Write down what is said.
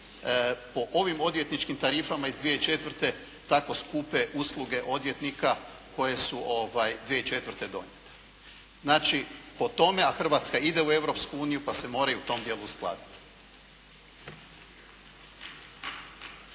po ovim odvjetničkim tarifama iz 2004. tako skupe usluge odvjetnika koje su 2004. donijete. Znači po tome, a Hrvatska ide u Europsku uniju, pa se mora i u tom dijelu uskladiti. **Šeks,